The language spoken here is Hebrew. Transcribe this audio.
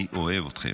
אני אוהב אתכם.